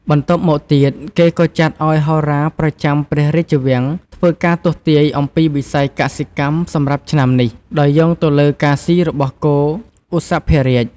បន្ទាប់មកទៀតគេក៏ចាត់ឪ្យហោរាប្រចាំព្រះរាជវាំងធ្វើការទស្សទាយន៍ អំពីវិស័យកសិកម្មសម្រាប់ឆ្នាំនេះ ដោយយោងទៅលើការស៊ីរបស់គោឧសភរាជ ។